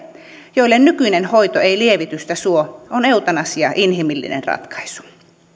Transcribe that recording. joille nykyinen hoito ei lievitystä suo on eutanasia inhimillinen ratkaisu